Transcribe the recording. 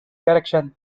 direction